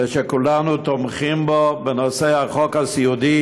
וכולנו תומכים בו בנושא חוק הסיעוד,